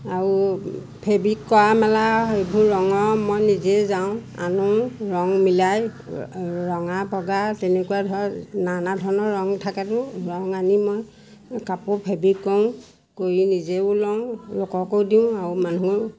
আৰু ফেব্ৰিক কৰা মেলা সেইবোৰ ৰঙ মই নিজে যাওঁ আনো ৰং মিলাই ৰঙা বগা তেনেকুৱা ধৰক নানা ধৰণৰ ৰং থাকেতো ৰং আনি মই কাপোৰ ফেব্ৰিক কৰোঁ কৰি নিজেও লওঁ লোককো দিওঁ আৰু মানুহ